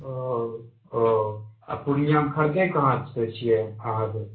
ओ ओ आ पूर्णियामऽ खरीदय कहाँसँ छियै अहाँके